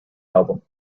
album